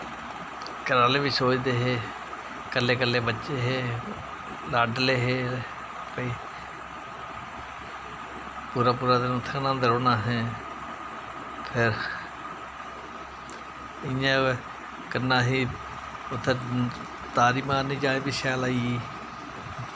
घरै आह्ले बी सोचदे हे कल्ले कल्ले बच्चे हे लाडले हे ते पूरा पूरा दिन उत्थें गै न्हांदे रौह्ना असें फिर इ'यां गै कन्नै असें उत्थें तारी मारने दी जाच बी शैल आई गेई